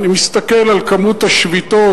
אני מסתכל על כמות השביתות,